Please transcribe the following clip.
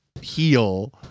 heal